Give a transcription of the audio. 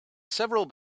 several